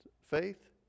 faith